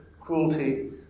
cruelty